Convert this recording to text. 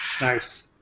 Nice